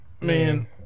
Man